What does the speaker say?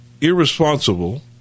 irresponsible